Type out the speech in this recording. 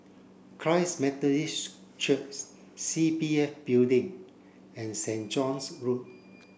Christ Methodist Churchs C P F Building and Saint John's Road